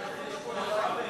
זמן הפרעות.